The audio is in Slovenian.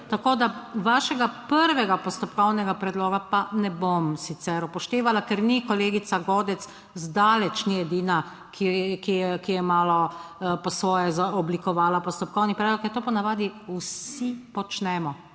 Tako, da vašega prvega postopkovnega predloga pa ne bom sicer upoštevala, ker ni, kolegica Godec, zdaleč ni edina, ki je malo po svoje oblikovala postopkovni predlog, ker to po navadi vsi počnemo,